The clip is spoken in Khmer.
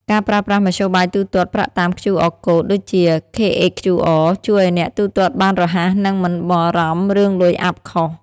ការប្រើប្រាស់មធ្យោបាយទូទាត់ប្រាក់តាម QR Code ដូចជា KHQR ជួយឱ្យអ្នកទូទាត់បានរហ័ស និងមិនបារម្ភរឿងលុយអាប់ខុស។